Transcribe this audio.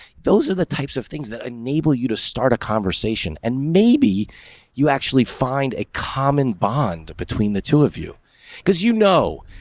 those are the types of things that enable you to start a conversation. and maybe you actually find a bond between the two of you because, you know,